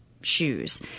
shoes